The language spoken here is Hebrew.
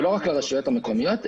ולא רק לרשויות המקומיות,